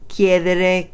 Chiedere